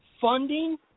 funding